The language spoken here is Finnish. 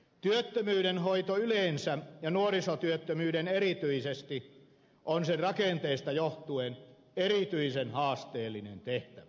työttömyyden hoito yleensä ja nuorisotyöttömyyden erityisesti on sen rakenteesta johtuen erityisen haasteellinen tehtävä